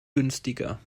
günstiger